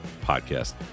Podcast